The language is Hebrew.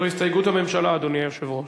זו הסתייגות הממשלה, אדוני היושב-ראש.